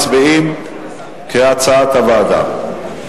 מצביעים כהצעת הוועדה.